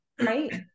Right